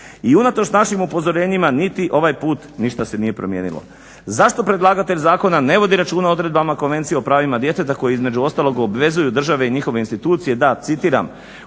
I unatoč našim upozorenjima niti ovaj put ništa se nije promijenilo. Zašto predlagatelj zakona ne vodi računa o odredbama Konvencije o pravima djeteta koji između ostalog obvezuju države i njihove institucije, da citiram